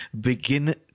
begin